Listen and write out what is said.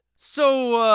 so. ah.